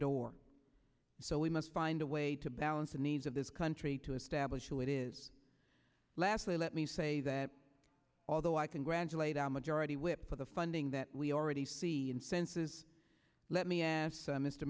door so we must find a way to balance the needs of this country to establish who it is lastly let me say that although i congratulate our majority whip for the funding that we already see incenses let me ask mr